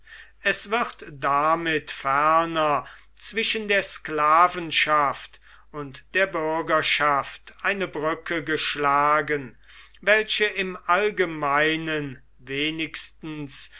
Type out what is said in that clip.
es wird damit ferner zwischen der sklavenschaft und der bürgerschaft eine brücke geschlagen welche im allgemeinen wenigstens